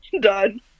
Done